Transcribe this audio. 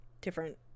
different